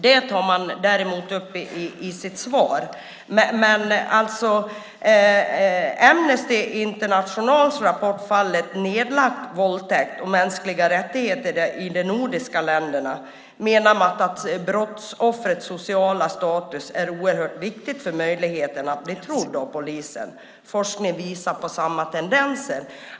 Det tar man däremot upp i sitt svar. I Amnesty Internationals rapport Fallet nedlagt - Våldtäkt och mänskliga rättigheter i de nordiska länderna menar man att brottsoffrets sociala status är oerhört viktig för möjligheten att bli trodd av polisen. Forskning visar på samma tendenser.